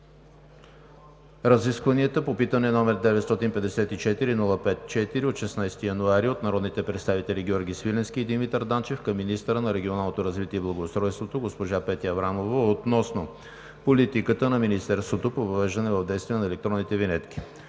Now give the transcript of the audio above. разискванията по питане, № 954-05-4 от 16 януари 2019 г. от народните представители Георги Свиленски и Димитър Данчев към министъра на регионалното развитие и благоустройството госпожа Петя Аврамова относно политиката на Министерството по въвеждането в действие на електронните винетки